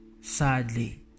Sadly